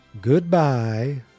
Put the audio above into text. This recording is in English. goodbye